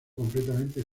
completamente